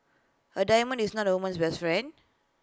A diamond is not A woman's best friend